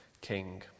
king